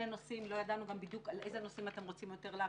נושאים ולא ידענו בדיוק על איזה נושאים אתם רוצים יותר להרחיב.